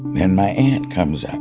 then my aunt comes up.